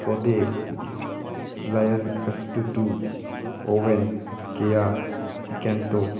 ꯐꯣꯗꯦ ꯂꯥꯏꯌꯟ F two two ꯑꯣꯕꯦꯟ ꯀꯌꯥ ꯄꯤꯀꯦꯟꯇꯣ